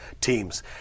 teams